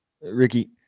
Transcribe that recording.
Ricky